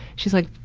she is like,